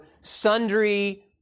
sundry